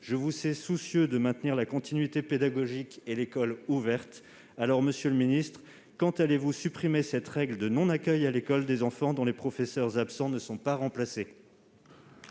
Je vous sais soucieux de maintenir la continuité pédagogique et l'école ouverte. Alors, monsieur le ministre, quand allez-vous supprimer cette règle de non-accueil à l'école des enfants dont les professeurs absents ne sont pas remplacés ?